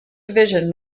division